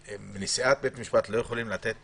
נשיאת בית משפט לא יכולים לתת